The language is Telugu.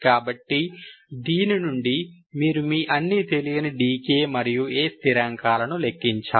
కాబట్టి దీని నుండి మీరు మీ అన్ని తెలియని dk మరియు A స్థిరాంకాలను లెక్కించాలి